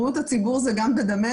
בריאות הציבור זה גם בדמנו.